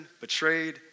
betrayed